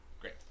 Great